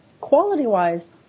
quality-wise